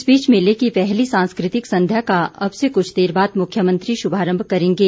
इस बीच मेले की पहली सांस्कृतिक संध्या का अब से कुछ देर बाद मुख्यमंत्री शुभारम्भ करेंगे